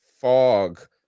fog